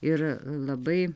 ir labai